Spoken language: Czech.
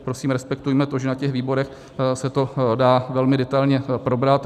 Prosím, respektujme to, že na výborech se to dá velmi detailně probrat.